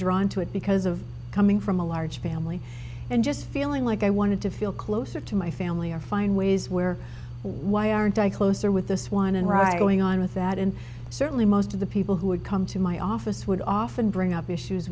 drawn to it because of coming from a large family and just feeling like i wanted to feel closer to my family or find ways where why aren't i closer with this one and right going on with that and certainly most of the people who would come to my office would often bring up issues